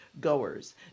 goers